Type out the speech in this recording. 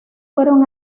fueron